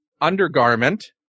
undergarment